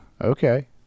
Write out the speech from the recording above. Okay